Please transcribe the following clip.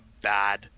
bad